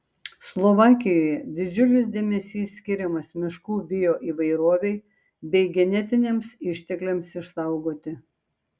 slovakijoje didžiulis dėmesys skiriamas miškų bioįvairovei bei genetiniams ištekliams išsaugoti